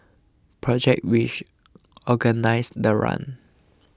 project which organised the run